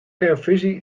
kernfusie